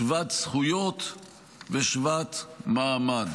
שוות זכויות ושוות מעמד.